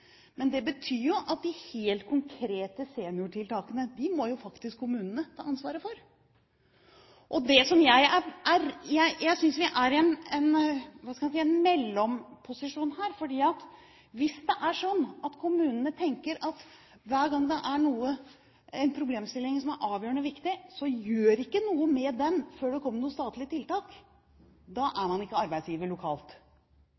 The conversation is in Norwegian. Men det betyr at det er kommunene som faktisk må ta ansvaret for de helt konkrete seniortiltakene. Jeg synes vi er i en mellomposisjon her, for hvis kommunene hver gang det er en problemstilling som er avgjørende viktig, tenker at vi gjør ikke noe med det før det kommer noen statlige tiltak, da